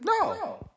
no